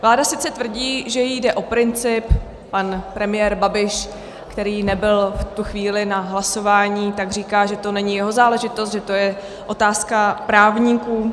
Vláda sice tvrdí, že jí jde o princip pan premiér Babiš, který nebyl v tu chvíli na hlasování, tak říká, že to není jeho záležitost, že to je otázka právníků.